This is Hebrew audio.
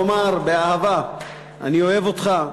לומר באהבה: אני אוהב אותך.